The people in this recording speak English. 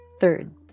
Third